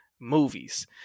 Movies